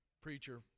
preacher